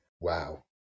Wow